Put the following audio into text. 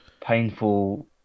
painful